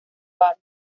bar